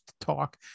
talk